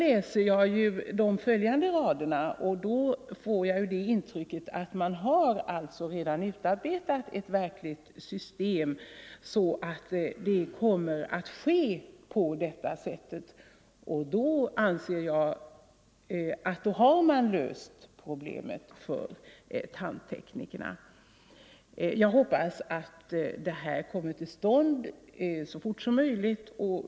Men när jag läser de följande raderna får jag det intrycket, att man redan har utarbetet ett system som skall innebära att det kommer att bli på detta sätt. Därmed anser jag att man har löst betalningsproblemet för tandteknikerna. Jag hoppas att detta träder i kraft så fort som möjligt.